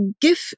give